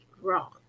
wrong